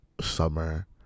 summer